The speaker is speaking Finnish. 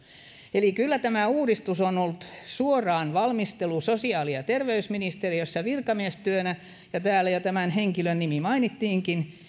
eli kyllä tämä uudistus on ollut suoraan valmistelussa sosiaali ja terveysministeriössä virkamiestyönä ja täällä tämän henkilön nimi jo mainittiinkin